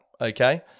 okay